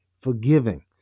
forgiving